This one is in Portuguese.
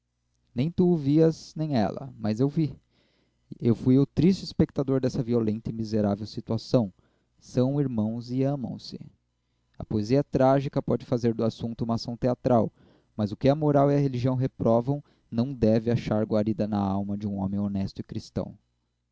nem tu o vias nem ela mas eu vi eu fui o triste espectador dessa violenta e miserável situação são irmãos e amam se a poesia trágica pode fazer do assunto uma ação teatral mas o que a moral e a religião reprovam não deve achar guarida na alma de um homem honesto e cristão